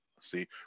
See